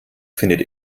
findet